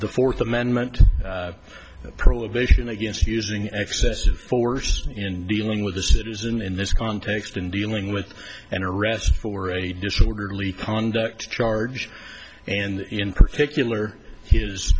the fourth amendment the prohibition against using excess of force in dealing with a citizen in this context in dealing with an arrest for a disorderly conduct charge and in particular his